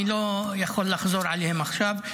אני לא יכול לחזור עליהן עכשיו.